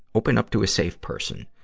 open up to a safe person.